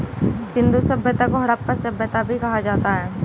सिंधु सभ्यता को हड़प्पा सभ्यता भी कहा जाता है